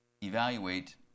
evaluate